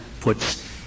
puts